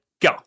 go